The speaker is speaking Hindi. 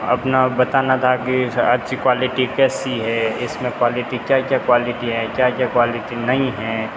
अपना बताना था कि अच्छी क्वालिटी कैसी है इस में क्वालिटी क्या क्या क्वालिटी है क्या क्या क्वालिटी नहीं हैं